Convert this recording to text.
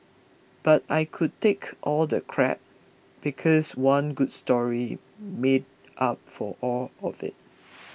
but I could take all the crap because one good story made up for all of it